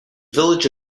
village